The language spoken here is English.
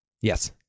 Yes